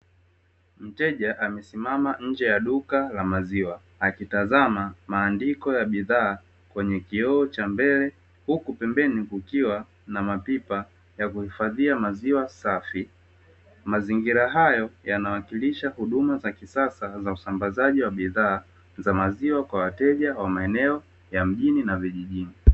Mteja amesimama nje ya duka la maziwa akitazama maandiko ya bidhaa kwenye kioo cha mbele, huku pembeni kukiwa na mapipa ya kuhifadhia maziwa safi. Mazingira hayo yanawakilisha huduma za kisasa za usambazaji wa bidhaa za maziwa kwa wateja wa maeneo ya mjini na vijijini.